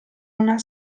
una